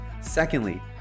Secondly